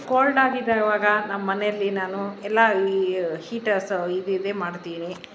cold ಆಗಿದೆ ಈವಾಗ ನಮ್ಮನೆಯಲ್ಲಿ ನಾನು ಎಲ್ಲ ಈ ಹೀಟರ್ಸ್ ಇದು ಇದೆ ಮಾಡ್ತೀನಿ